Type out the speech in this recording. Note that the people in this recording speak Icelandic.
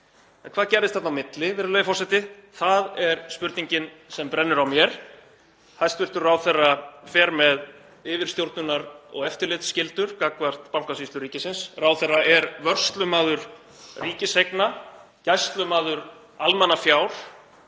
hvað gerðist þarna á milli, virðulegi forseti? Það er spurningin sem brennur á mér. Hæstv. ráðherra fer með yfirstjórnunar- og eftirlitsskyldur gagnvart Bankasýslu ríkisins. Ráðherra er vörslumaður ríkiseigna, gæslumaður almannafjár,